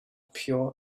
pure